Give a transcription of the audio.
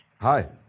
Hi